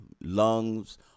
lungs